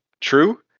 true